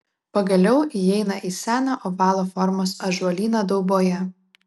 pagaliau įeina į seną ovalo formos ąžuolyną dauboje